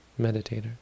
meditator